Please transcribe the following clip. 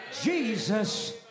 Jesus